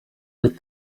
with